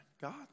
God